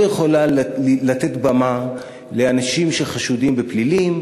יכולה לתת במה לאנשים שחשודים בפלילים,